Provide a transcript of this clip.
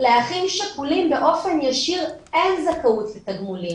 לאחים שכולים באופן ישיר אין זכאות לתגמולים.